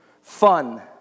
fun